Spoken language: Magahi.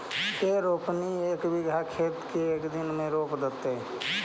के रोपनी एक बिघा खेत के एक दिन में रोप देतै?